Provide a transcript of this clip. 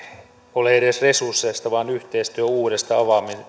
ole edes resursseista vaan yhteistyön uudesta